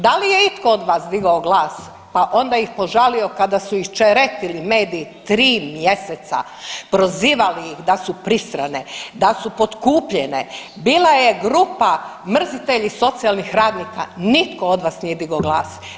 Da li je itko od vas digao glas, pa onda ih požalio kada su ih čeretili mediji tri mjeseca, prozivali ih da su pristrane, da su potkupljene, bila je grupa mrzitelji socijalnih radnika, nitko od vas nije digao glas.